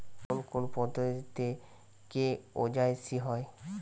কোন কোন পদ্ধতিতে কে.ওয়াই.সি হয়?